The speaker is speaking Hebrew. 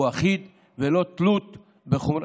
הוא אחיד וללא תלות בחומרתה.